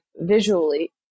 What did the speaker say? visually